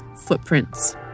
footprints